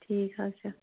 ٹھیٖک حظ چھُ